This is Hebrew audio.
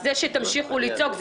זה שתמשיכו לצעוק,